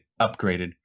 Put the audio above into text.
upgraded